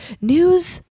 news